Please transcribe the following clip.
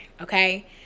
okay